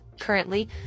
Currently